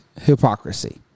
hypocrisy